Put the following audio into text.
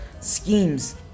schemes